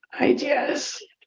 ideas